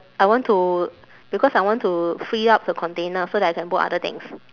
I want to because I want to free up the container so that I can put other things